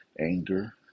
anger